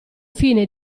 fine